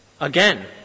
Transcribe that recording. Again